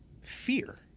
fear